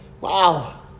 Wow